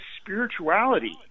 spirituality